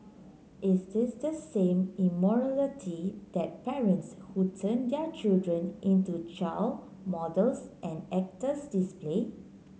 is this the same immorality that parents who turn their children into child models and actors display